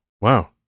Wow